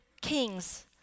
kings